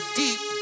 deep